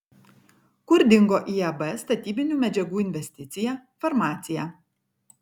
kur dingo iab statybinių medžiagų investicija farmacija